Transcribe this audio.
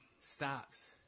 stops